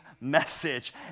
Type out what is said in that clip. message